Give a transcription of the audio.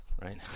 right